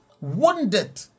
wounded